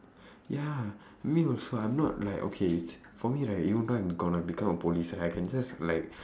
ya me also I'm not like okay it's for me right even though I'm going to become a police I can just like